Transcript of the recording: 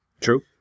True